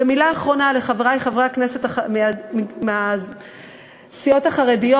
ומילה אחרונה לחברי חברי הכנסת מהסיעות החרדיות.